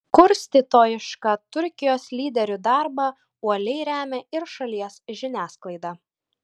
kurstytojišką turkijos lyderių darbą uoliai remia ir šalies žiniasklaida